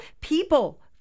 People